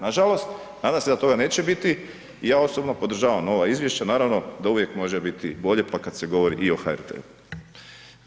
Nažalost nadam se da toga neće biti i ja osobno podržavam ova izvješća, naravno da uvijek može biti bolje pa kad se govori i o HRT-u.